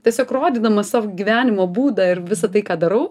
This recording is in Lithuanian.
tiesiog rodydamas savo gyvenimo būdą ir visa tai ką darau